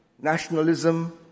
nationalism